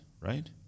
right